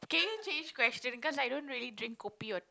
can you change question cause I don't really drink kopi or teh